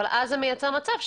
אבל אז זה מייצר מצב,